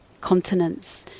continents